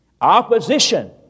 Opposition